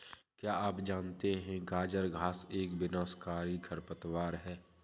क्या आप जानते है गाजर घास एक विनाशकारी खरपतवार है?